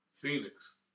Phoenix